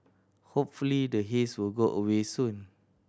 hopefully the haze will go away soon